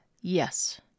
yes